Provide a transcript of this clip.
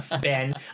Ben